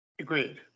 Agreed